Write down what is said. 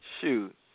Shoot